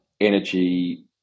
energy